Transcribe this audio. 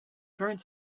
current